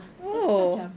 terus aku macam